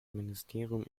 ministerium